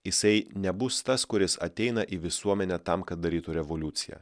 jisai nebus tas kuris ateina į visuomenę tam kad darytų revoliuciją